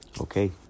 Okay